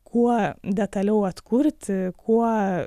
kuo detaliau atkurti kuo